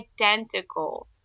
identical